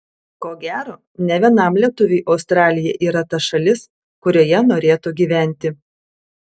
ko gero ne vienam lietuviui australija yra ta šalis kurioje norėtų gyventi